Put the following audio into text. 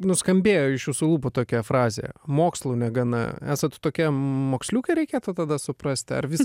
nuskambėjo iš jūsų lūpų tokia frazė mokslų negana esat tokia moksliukė reikėtų tada suprasti ar vis